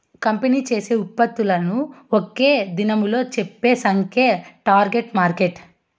company చేసే ఉత్పత్తులను ఒక్క దినంలా చెప్పే సంఖ్యే టార్గెట్ మార్కెట్